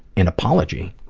an apology?